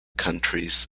countries